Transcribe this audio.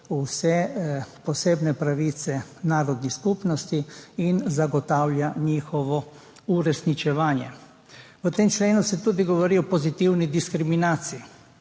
vse posebne pravice narodnih skupnosti in zagotavlja njihovo uresničevanje. V tem členu se govori tudi o pozitivni diskriminaciji,